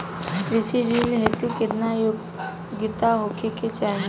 कृषि ऋण हेतू केतना योग्यता होखे के चाहीं?